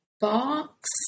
box